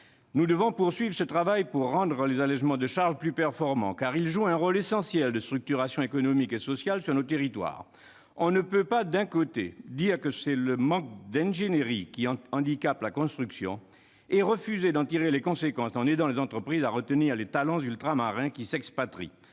Nous devons poursuivre ce travail pour rendre les allégements de charges plus performants, car ils jouent un rôle essentiel dans la structuration économique et sociale de nos territoires. On ne peut pas, d'un côté, dire que c'est le manque d'ingénierie qui handicape la construction et, de l'autre, refuser d'en tirer les conséquences et d'aider les entreprises à retenir les talents ultramarins prêts à s'expatrier,